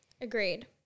Agreed